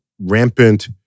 rampant